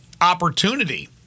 opportunity